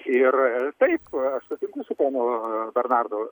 ir taip aš sutinku su ponu bernardu